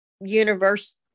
universe